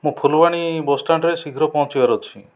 ମୁଁ ଫୁଲବାଣୀ ବସ୍ ଷ୍ଟାଣ୍ଡରେ ଶୀଘ୍ର ପହଞ୍ଚିବାର ଅଛି